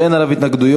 שאין עליו התנגדויות,